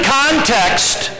context